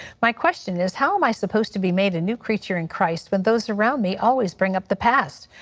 my question is, how my supposed to be made a new creature in christ when those around me always bring up the past.